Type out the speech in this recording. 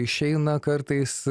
išeina kartais